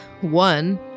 one